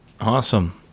awesome